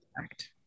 act